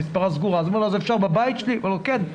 המספרה סגורה' הוא שואל 'אז אפשר בבית שלי?' הספר עונה לו 'כן,